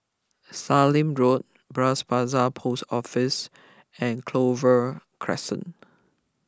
Sallim Road Bras Basah Post Office and Clover Crescent